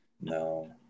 No